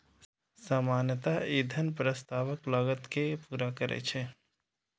सामान्यतः ई धन प्रस्तावक लागत कें पूरा करै छै